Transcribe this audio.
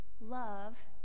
Love